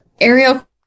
Ariel